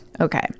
Okay